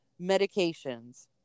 medications